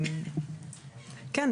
כן.